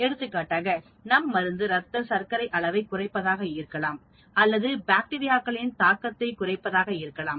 எடுத்துக்காட்டாக நம் மருந்து ரத்த சர்க்கரை அளவை குறைப்பதாக இருக்கலாம் அல்லது பாக்டீரியாக்களின் தாக்கத்தை குறைப்பதாக இருக்கலாம்